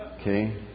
Okay